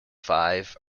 five